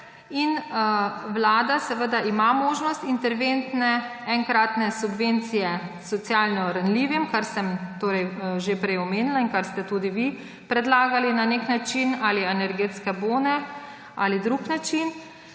Vlada ima možnost interventne enkratne subvencije socialno ranljivim, kar sem že prej omenila in kar ste tudi vi predlagali na nek način, ali energetske bone ali drug način,